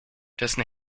dessen